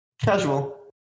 Casual